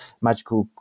magical